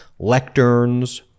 lecterns